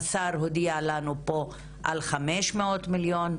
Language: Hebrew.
השר הודיע לנו פה על 500 מיליון,